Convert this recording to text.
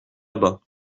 bas